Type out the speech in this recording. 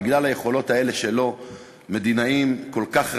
בגלל היכולות האלה שלו מדינאים כל כך רבים,